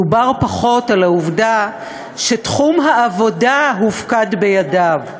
דובר פחות על העובדה שתחום העבודה הופקד בידיו,